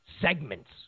segments